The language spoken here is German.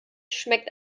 schmeckt